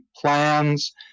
plans